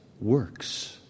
works